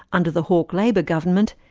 under the hawke labor government,